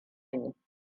ne